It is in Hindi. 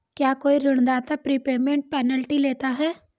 क्या कोई ऋणदाता प्रीपेमेंट पेनल्टी लेता है?